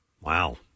Wow